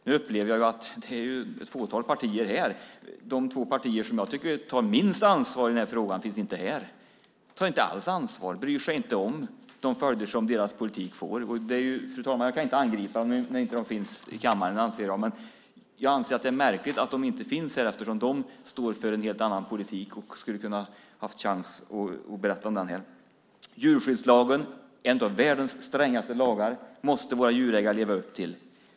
Nu upplever jag att det är ett fåtal partier representerade här i debatten. Representanter för de två partier som jag tycker tar minst ansvar i frågan finns inte här. De tar inte alls ansvar och bryr sig inte om de följder som deras politik får. Jag anser att jag inte kan angripa dem när de inte finns i kammaren. Men det är märkligt att de inte finns här eftersom de står för en helt annan politik. De hade haft chansen att berätta om den här. Djurskyddslagen är en av världens strängaste lagar, och den ska våra djurägare leva upp till.